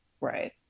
Right